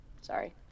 Sorry